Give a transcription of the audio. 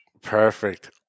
perfect